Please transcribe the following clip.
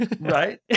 right